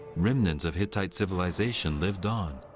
remnants of hittite civilization lived on.